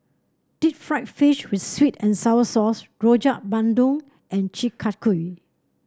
Deep Fried Fish with sweet and sour sauce Rojak Bandung and Chi Kak Kuih